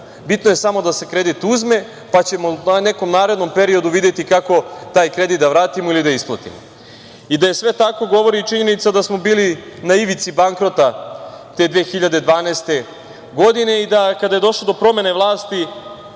Bitno je smo da se kredi uzme, pa ćemo u nekom narednom periodu videti kako taj kredit da vratimo ili da isplatimo. Da je sve tako govori i činjenica da smo bili na ivici bankrota te 2012. godine i kada je došlo do promene vlasti